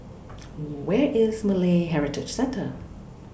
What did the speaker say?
Where IS Malay Heritage Centre